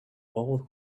old